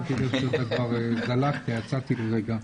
לא שמתי לב שאתה כבר, יצאתי לרגע.